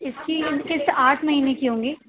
اس کی قسط آٹھ مہینے کی ہوں گی